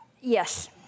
Yes